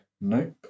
Nope